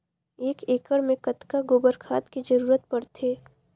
एक एकड़ मे कतका गोबर खाद के जरूरत पड़थे?